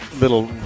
little